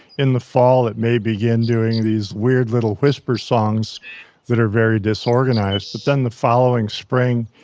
in the fall, it may begin doing these weird little whisper songs that are very disorganized. but then the following spring,